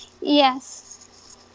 Yes